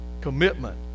Commitment